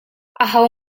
aho